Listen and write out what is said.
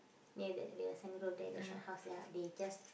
ya that the there the shophouse there lah they just